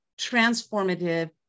transformative